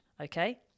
okay